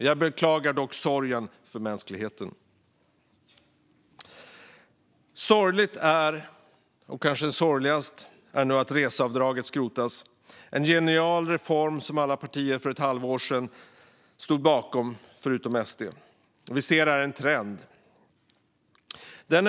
Jag beklagar dock sorgen för mänskligheten. Sorgligast är nog att reseavdraget skrotas. Det var en genial reform som alla partier för ett halvår sedan stod bakom - alla utom SD. Här ser vi en trend.